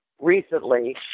recently